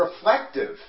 reflective